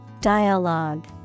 Dialogue